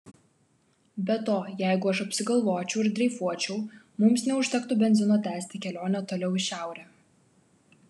be to jeigu aš apsigalvočiau ir dreifuočiau mums neužtektų benzino tęsti kelionę toliau į šiaurę